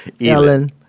Ellen